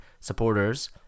supporters